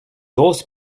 grosse